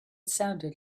sounded